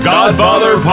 Godfather